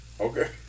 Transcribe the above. Okay